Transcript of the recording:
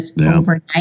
overnight